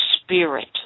spirit